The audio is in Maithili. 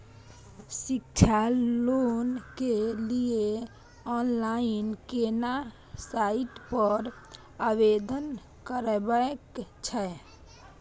शिक्षा लोन के लिए ऑनलाइन केना साइट पर आवेदन करबैक छै?